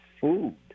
food